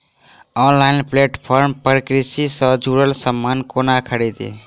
Online platform पर कृषि सँ जुड़ल समान कोना खरीदी?